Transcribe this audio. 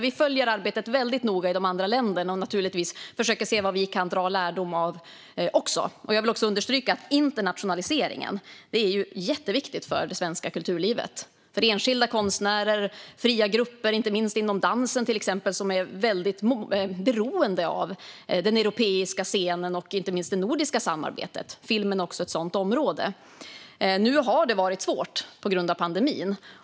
Vi följer arbetet i de andra länderna noga och försöker se vad vi kan dra lärdom av. Jag vill understryka att internationaliseringen är jätteviktig för det svenska kulturlivet och för enskilda konstnärer och fria grupper, inte minst inom dansen, som är väldigt beroende av den europeiska scenen och även det nordiska samarbetet. Filmen är också ett sådant område. Nu har det varit svårt på grund av pandemin.